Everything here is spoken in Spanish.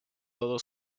todo